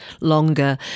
longer